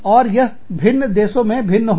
और यह भिन्न देशों में भिन्न होगा